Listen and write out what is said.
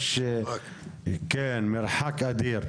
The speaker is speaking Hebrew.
מרחק אדיר.